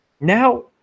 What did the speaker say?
Now